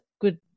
good